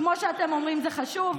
כמו שאתם אומרים, זה חשוב.